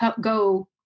go